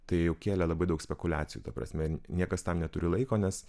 tai jau kėlė labai daug spekuliacijų ta prasme niekas tam neturi laiko nes